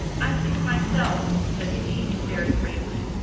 i think myself, said he, very gravely,